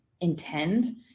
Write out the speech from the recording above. intend